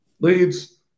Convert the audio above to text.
leads